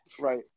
Right